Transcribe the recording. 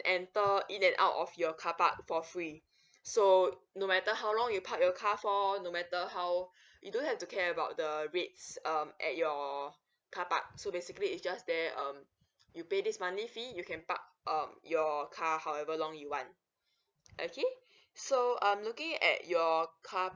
enter in and out of your car park for free so no matter how long you park your car for no matter how you don't have to care about the rates um at your car park so basically it's just there um you pay this monthly fee you can park um your car however long you want okay so I'm looking at your car